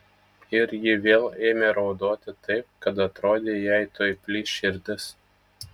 ir ji vėl ėmė raudoti taip kad atrodė jai tuoj plyš širdis